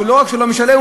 לא רק שהוא לא משלם,